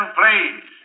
please